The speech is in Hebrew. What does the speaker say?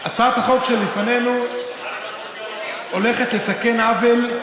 הצעת החוק שלפנינו הולכת לתקן עוול,